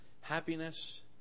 Happiness